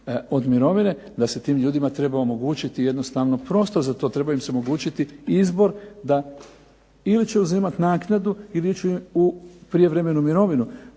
od mirovine, da se tim ljudima treba omogućiti jednostavno prostor za to, treba im se omogućiti izbor da ili će uzimat naknadu ili ići u prijevremenu mirovinu.